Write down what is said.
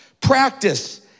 Practice